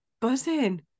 buzzing